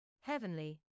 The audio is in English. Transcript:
Heavenly